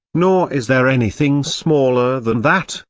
nor is there anything smaller than that,